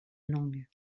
langues